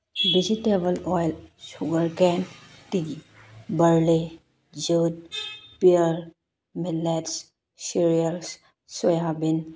vegetable oil sugarcane tea barley jute pearl millets cereals soya bean